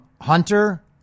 Hunter